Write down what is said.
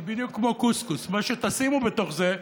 היא בדיוק כמו קוסקוס: מה שתשימו בתוך זה,